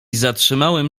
zatrzymałem